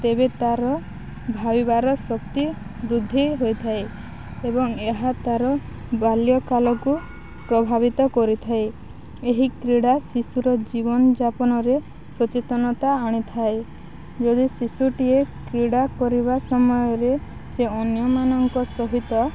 ତେବେ ତାର ଭାବିବାର ଶକ୍ତି ବୃଦ୍ଧି ହୋଇଥାଏ ଏବଂ ଏହା ତାର ବାଲ୍ୟକାଳକୁ ପ୍ରଭାବିତ କରିଥାଏ ଏହି କ୍ରୀଡ଼ା ଶିଶୁର ଜୀବନଯାପନରେ ସଚେତନତା ଆଣିଥାଏ ଯଦି ଶିଶୁଟିଏ କ୍ରୀଡ଼ା କରିବା ସମୟରେ ସେ ଅନ୍ୟମାନଙ୍କ ସହିତ